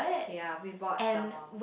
ya we bought some more